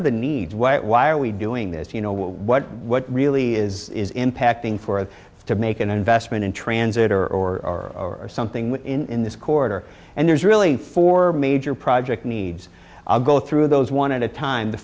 are the needs what why are we doing this you know what really is is impacting for us to make an investment in transit or or something in this corridor and there's really four major project needs i'll go through those one at a time the